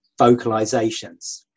vocalizations